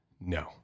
No